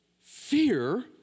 fear